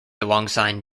alongside